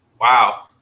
wow